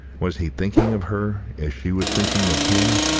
was he thinking of her, as she was thinking of him?